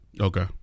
Okay